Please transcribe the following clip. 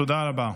תודה רבה.